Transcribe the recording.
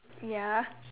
ya